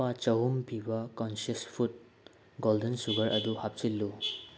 ꯂꯨꯄꯥ ꯆꯍꯨꯝ ꯄꯤꯕ ꯀꯟꯁꯤꯌꯁ ꯐꯨꯠ ꯒꯣꯜꯗꯟ ꯁꯨꯒꯔ ꯑꯗꯨ ꯍꯥꯞꯆꯤꯜꯂꯨ